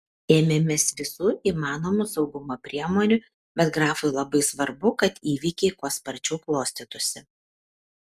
ėmėmės visų įmanomų saugumo priemonių bet grafui labai svarbu kad įvykiai kuo sparčiau klostytųsi